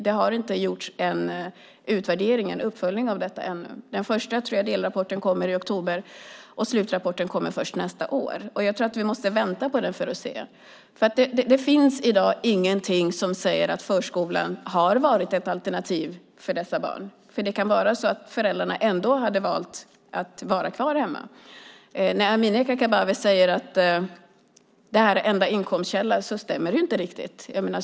Det har inte gjorts någon utvärdering eller uppföljning av detta än. Den första delrapporten kommer, tror jag, i oktober, och slutrapporten kommer först nästa år. Vi måste vänta på den för att se. Det finns i dag ingenting som säger att förskolan har varit ett alternativ för dessa barn. Föräldrarna kanske ändå hade valt att vara kvar hemma. När Amineh Kakabaveh säger att vårdnadsbidraget är enda inkomstkällan stämmer det inte riktigt.